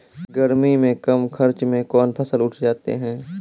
गर्मी मे कम खर्च मे कौन फसल उठ जाते हैं?